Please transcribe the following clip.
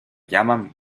llaman